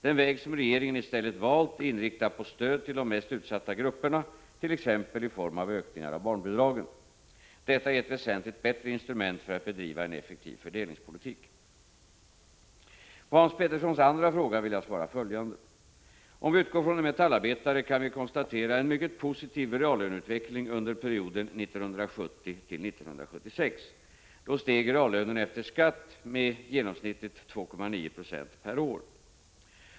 Den väg som regeringen i stället valt är inriktad på stöd till de mest utsatta grupperna, t.ex. i form av ökningar av barnbidragen. Detta är ett väsentligt bättre instrument för att bedriva en effektiv fördelningspolitik. På Hans Peterssons andra fråga vill jag svara följande. Om vi utgår från en metallarbetare, kan vi konstatera en mycket positiv reallöneutveckling under perioden 1970 till 1976. Då steg reallönen efter skatt genomsnittligt med 2,9 20 per år.